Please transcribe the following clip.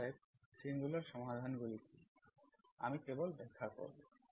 অতএব সিঙ্গুলার সমাধানগুলি কি আমি কেবল ব্যাখ্যা করব